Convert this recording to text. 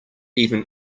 even